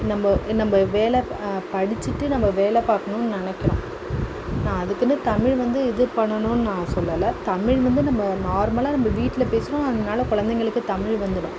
நம்ம நம்ம வேலை படிச்சுட்டு நம்ம வேலை பார்க்கணும்ன்னு நினக்கிறோம் நான் அதுக்குன்னு தமிழ் வந்து இது பண்ணணும் நான் சொல்லலை தமிழ் வந்து நம்ம நார்மலாக நம்ம வீட்டில் பேசுகிறோம் அதனால குழந்தைங்களுக்கு தமிழ் வந்துடும்